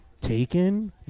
taken